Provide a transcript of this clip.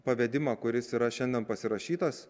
pavedimą kuris yra šiandien pasirašytas